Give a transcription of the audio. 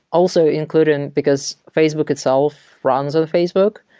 also including, because facebook itself runs on facebook,